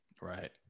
Right